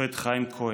השופט חיים כהן.